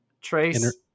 Trace